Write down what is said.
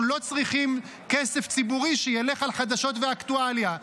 אנחנו לא צריכים כסף ציבורי שילך על חדשות ואקטואליה.